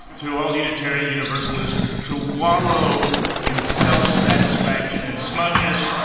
to all unitarian universalists to wallow in self satisfaction and smugness